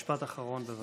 משפט אחרון, בבקשה.